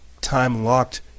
Time-locked